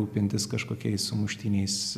rūpintis kažkokiais sumuštiniais